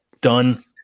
done